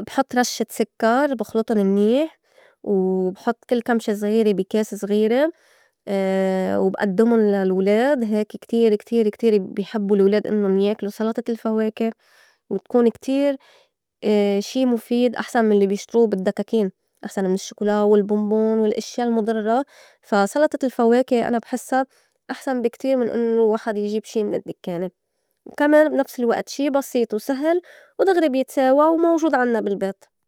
بحُط رشّة سكّر وبخلطُن منيح، وبحُط كل كمشة زغيرة بي كاسة زغيرة وبئدّمُن للولاد هيك كتير- كتير- كتير بي حبّو الولاد إنُّن ياكلو سلطة الفواكة وتكون كتير شي مُفيد أحسن من الّي بيشترو بالدّكاكين أحسن من الشّوكولا والبونبون والإشيا المُضرّة. فا سلطة الفواكة أنا بحسّا أحسن بي كتير من إنّو الواحد يجيب شي من الدكّانة وكمان بنفس الوئت شي بسيط وسهل ودغري بيتساوى وموجود عنّا بالبيت.